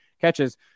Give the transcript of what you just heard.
catches